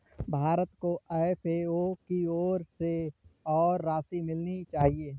भारत को एफ.ए.ओ की ओर से और राशि मिलनी चाहिए